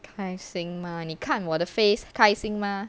开心吗你看我的 face 开心吗